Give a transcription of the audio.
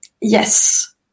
Yes